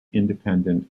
independent